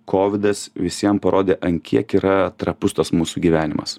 kovidas visiem parodė ant kiek yra trapus tas mūsų gyvenimas